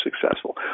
successful